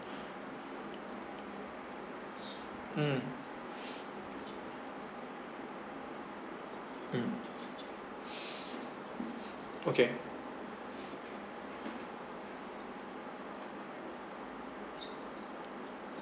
mm mm okay